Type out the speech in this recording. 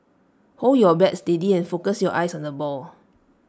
hold your bat steady and focus your eyes on the ball